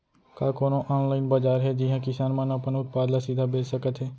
का कोनो अनलाइन बाजार हे जिहा किसान मन अपन उत्पाद ला सीधा बेच सकत हे?